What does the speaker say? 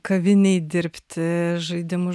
kavinėj dirbti žaidimus